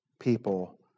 people